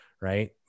right